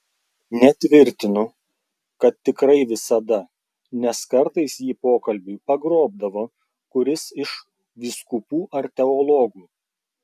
netvirtinu kad tikrai visada nes kartais jį pokalbiui pagrobdavo kuris iš vyskupų ar teologų